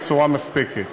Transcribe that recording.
בצורה לא מספקת.